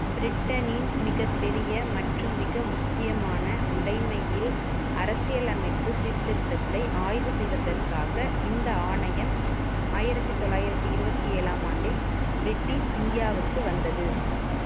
பிரிட்டனின் மிகப்பெரிய மற்றும் மிக முக்கியமான உடைமையில் அரசியலமைப்பு சீர்திருத்தத்தை ஆய்வு செய்வதற்காக இந்த ஆணையம் ஆயிரத்து தொள்ளாயிரத்து இருபத்தி ஏழாம் ஆண்டில் பிரிட்டிஷ் இந்தியாவுக்கு வந்தது